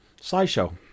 SciShow